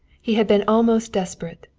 he had been almost desperate.